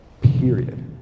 Period